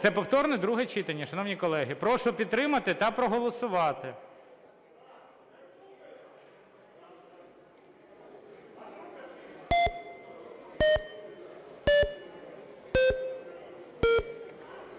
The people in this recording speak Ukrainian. Це повторне друге читання. Шановні колеги, прошу підтримати та проголосувати.